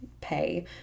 pay